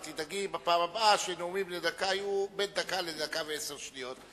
תדאגי בפעם הבאה שנאומים בני דקה יהיו בין דקה לדקה ו-20 שניות.